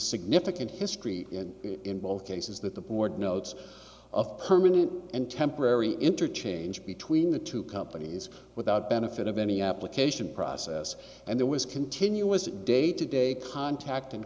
significant history in both cases that the board notes of permanent and temporary interchange between the two companies without benefit of any application process and there was continuously day to day contact and